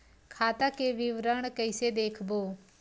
खाता के विवरण कइसे देखबो?